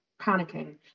panicking